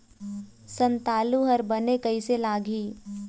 संतालु हर बने कैसे लागिही?